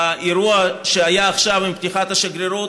באירוע שהיה עכשיו עם פתיחת השגרירות,